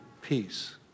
peace